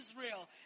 Israel